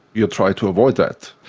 you try to avoid that.